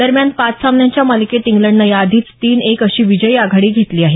दरम्यान पाच सामन्यांच्या मालिकेत इंग्लंडनं या आधीच तीन एक अशी विजयी आघाडी घेतली आहे